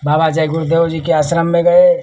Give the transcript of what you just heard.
बाबा जय गुरूदेव जी के आश्रम में गए